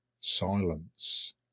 silence